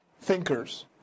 Thinkers